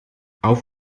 auf